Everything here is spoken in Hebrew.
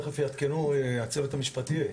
תכף הצוות המשפטי יעדכנו.